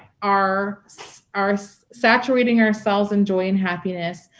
are are so saturating ourselves in joy and happiness,